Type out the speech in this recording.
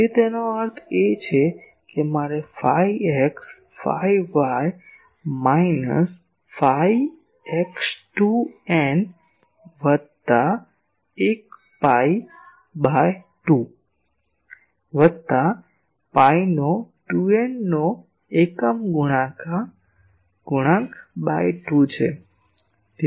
તેથી તેનો અર્થ એ છે કે મારે જોઈએ છે કે phi x phi y minus phi x એ 2 n વત્તા 1 pi ભાગ્યા 2 વત્તા 2 n પાઈનો એકી ગુણાંક ભાગ્યા 2 ની બરાબર છે